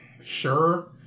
sure